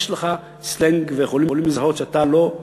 יש לך סלנג ויכולים לזהות שאתה לא,